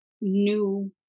new